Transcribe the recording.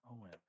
Owen